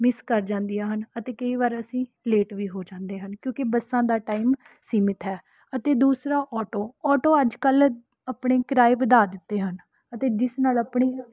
miss ਕਰ ਜਾਂਦੀਆਂ ਹਨ ਅਤੇ ਕਈ ਵਾਰ ਅਸੀਂ ਲੇਟ ਵੀ ਹੋ ਜਾਂਦੇ ਹਨ ਕਿਉਂਕਿ ਬੱਸਾਂ ਦਾ ਟਾਈਮ ਸੀਮਿਤ ਹੈ ਅਤੇ ਦੂਸਰਾ ਆਟੋ ਆਟੋ ਅੱਜ ਕੱਲ੍ਹ ਆਪਣੇ ਕਿਰਾਏ ਵਧਾ ਦਿੱਤੇ ਹਨ ਅਤੇ ਜਿਸ ਨਾਲ ਆਪਣੀ